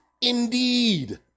indeed